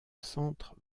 centre